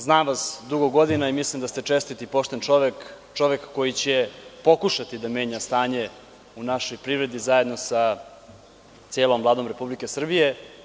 Znam vas dugo godina i mislim da ste čestit i pošten čovek, čovek koji će pokušati da menja stanje u našoj privredi, zajedno sa celom Vladom Republike Srbije.